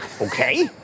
okay